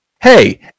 hey